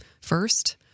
first